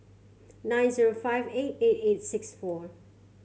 nine zero five eight eight eight six four